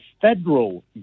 federal